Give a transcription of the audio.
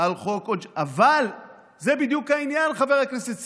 אבל זה בדיוק העניין, חבר הכנסת סעדי.